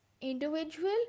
individual